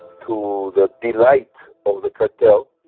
to the delight of the cartel.